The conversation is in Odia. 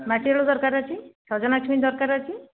ମାଟି ଆଳୁ ଦରକାର ଅଛି ସଜନା ଛୁଇଁ ଦରକାର ଅଛି